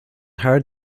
hard